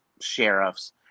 sheriffs